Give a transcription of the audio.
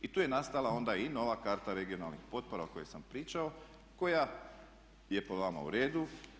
I tu je nastala onda i nova karta regionalnih potpora o kojima sam pričao koja je po vama u redu.